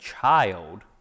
child